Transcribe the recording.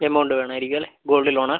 amount വേണായിരിക്കും അല്ലെ gold ലോണാ